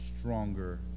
stronger